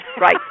Right